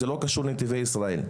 ככה שזה לא קשור לנתיבי ישראל.